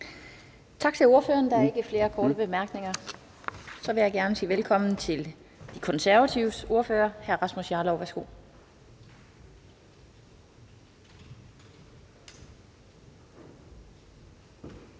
Tak til ordføreren. Der er ikke flere korte bemærkninger. Så vil jeg gerne sige velkommen til De Konservatives ordfører, hr. Rasmus Jarlov. Værsgo.